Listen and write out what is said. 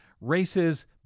races